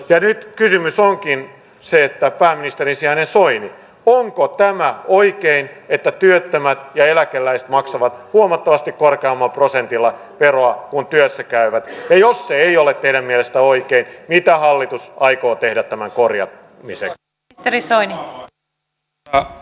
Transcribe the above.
ja nyt kysymys onkin se että pääministerin sijainen soini onko eduskunta edellyttää että työttömät ja eläkeläiset maksavat huomattavasti korkeammalla prosentilla veroa kuin työssä käyvä jos ei ole telen mielestä oikein mitä hallitus ryhtyy toimenpiteisiin eläkeläisten taloudellisen kokonaistilanteen arvioimiseksi